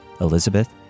Elizabeth